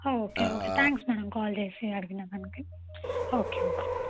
okay okay thanks madam call చేసి అడిగినదానికి okay ma'am